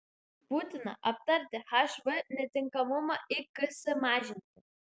būtina aptarti hv netinkamumą iks mažinti